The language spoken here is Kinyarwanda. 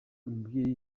umubyeyi